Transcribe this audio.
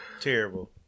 Terrible